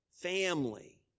family